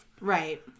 Right